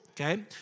okay